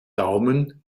daumen